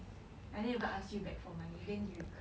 I didn't even ask you back for money then you